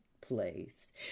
place